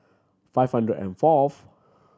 five hundred and fourth